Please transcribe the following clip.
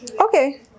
Okay